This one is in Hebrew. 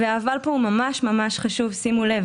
והאבל פה ממש ממש חשוב, שימו לב